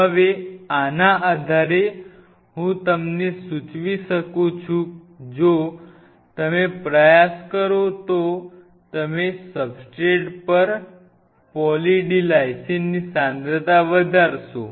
હવે આના આધારે હું તમને સૂચવી શકું છું જો તમે પ્રયાસ કરો તો તમે સબસ્ટ્રેટ પર પોલી D લાઈસિનની સાંદ્રતા વધારશો